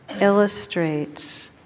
illustrates